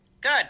Good